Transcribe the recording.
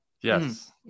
Yes